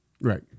Right